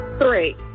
Three